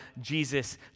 Jesus